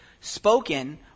spoken